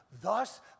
Thus